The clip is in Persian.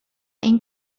این